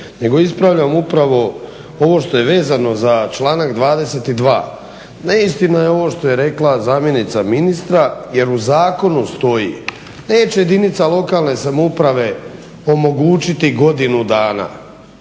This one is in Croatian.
Nego ispravljam upravo što je vezano za članak 22. Neistina je ovo što je rekla zamjenica ministra jer u zakonu stoji neće jedinica lokalne samouprave omogućiti godinu dana